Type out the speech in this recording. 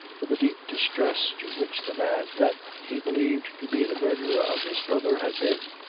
for the deep distress to which the man that he believed to be the murdherer of his brother had been.